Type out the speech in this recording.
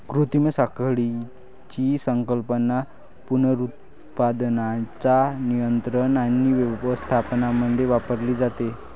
कृत्रिम साखळीची संकल्पना पुनरुत्पादनाच्या नियंत्रण आणि व्यवस्थापनामध्ये वापरली जाते